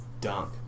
dunk